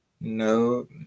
No